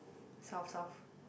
south south